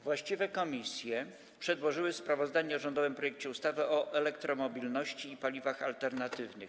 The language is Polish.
Właściwe komisje przedłożyły sprawozdanie o rządowym projekcie ustawy o elektromobilności i paliwach alternatywnych.